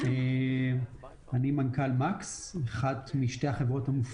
אני מנכ"ל מקס, אחת משתי החברות.